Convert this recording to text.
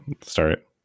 start